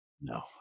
No